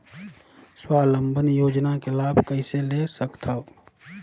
स्वावलंबन योजना के लाभ कइसे ले सकथव?